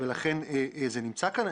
ולכן זה נמצא כאן.